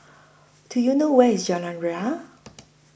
Do YOU know Where IS Jalan Ria